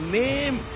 name